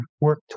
work